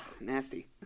nasty